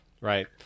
Right